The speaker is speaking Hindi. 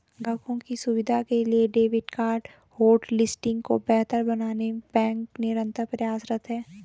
ग्राहकों की सुविधा के लिए डेबिट कार्ड होटलिस्टिंग को बेहतर बनाने बैंक निरंतर प्रयासरत है